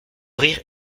rire